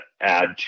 add